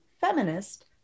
feminist